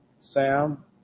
Sam